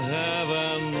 heaven